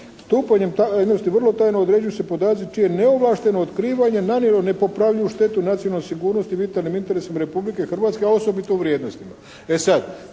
tajnosti vrlo tajno određuju se podaci čije je neovlašteno otkrivanje nanijelo nepopravljivu štetu nacionalnoj sigurnosti, vitalnim interesima Republike Hrvatske a osobito u vrijednostima.